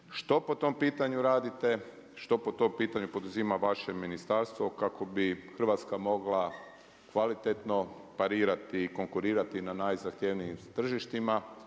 Što po tom pitanju radite? Što po tom pitanju poduzima vaše ministarstvo kako bi Hrvatska mogla kvalitetno parirati i konkurirati na najzahtjevnijim tržištima,